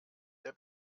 der